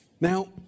Now